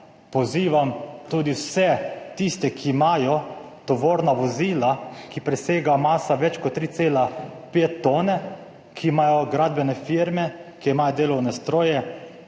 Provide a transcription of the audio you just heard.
pozivam tudi vse tiste, ki imajo tovorna vozila, ki presega masa več kot 3,5 tone, ki imajo gradbene firme, ki imajo delovne stroje,